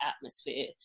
atmosphere